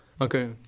Okay